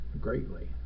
greatly